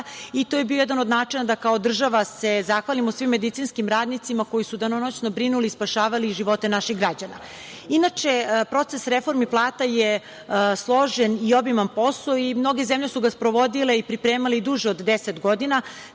i to je bio jedan od načina da kao država se zahvalimo svim medicinskim radnicima koji su danonoćno brinuli i spašavali živote naših građana. Inače, proces reformi plata je složen i obiman posao i mnoge zemlje su ga sprovodile i pripremali duže od 10 godina,